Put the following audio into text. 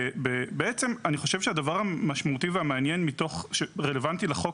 אני חושב שהדבר המשמעותי והמעניין שרלוונטי לחוק